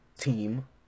team